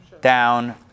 down